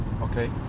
Okay